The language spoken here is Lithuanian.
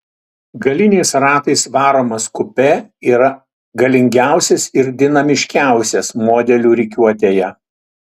galiniais ratais varomas kupė yra galingiausias ir dinamiškiausias modelių rikiuotėje